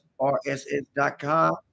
RSS.com